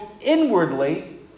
inwardly